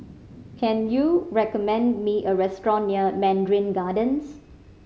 can you recommend me a restaurant near Mandarin Gardens